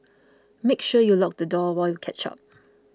make sure you lock the door while catch up